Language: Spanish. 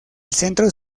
centro